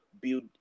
Build